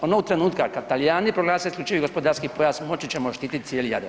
Onog trenutka kad Talijani proglase isključivi gospodarski pojas moći ćemo štititi cijeli Jadran.